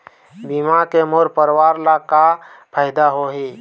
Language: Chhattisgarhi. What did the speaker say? बीमा के मोर परवार ला का फायदा होही?